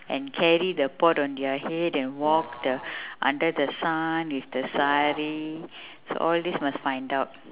and carry the pot on their head and walk the under the sun with the sari so all these must find out